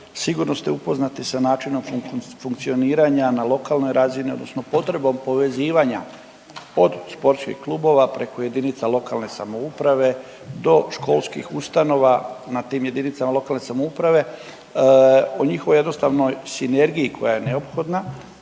sigurno ste upoznati sa načinom funkcioniranja na lokalnoj razini odnosno potrebom povezivanja od sportskih klubova preko jedinica lokalne samouprave do školskih ustanova na tim jedinicama lokalne samouprave, o njihovoj jednostavnoj sinergiji koja je neophodna